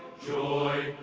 joy.